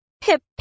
Pip